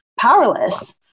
powerless